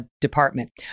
department